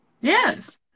yes